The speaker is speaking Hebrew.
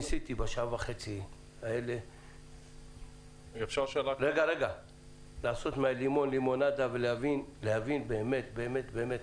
ניסיתי בשעה וחצי האחרונה לעשות מהלימון לימונדה ולהבין באמת באמת